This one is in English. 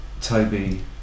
Toby